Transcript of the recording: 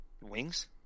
Wings